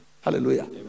Hallelujah